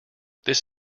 this